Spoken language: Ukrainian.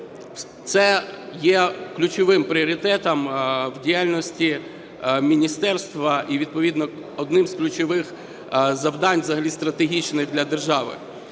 це є ключовим пріоритетом в діяльності міністерства і відповідно одним з ключових завдань взагалі стратегічних для держави.